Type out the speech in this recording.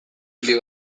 ibili